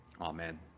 Amen